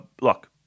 look